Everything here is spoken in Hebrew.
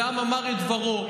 והעם אמר את דברו.